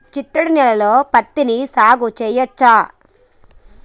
చిత్తడి నేలలో పత్తిని సాగు చేయచ్చా?